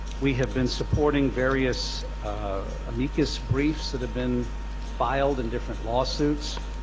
we have been supporting various amicus briefs that have been filed in different lawsuits,